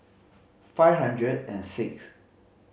five hundred and sixth